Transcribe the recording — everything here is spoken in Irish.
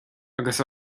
agus